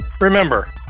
remember